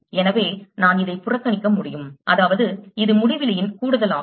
எனவே நான் இதை புறக்கணிக்க முடியும் அதாவது இது முடிவிலியின் கூடுதலாகும்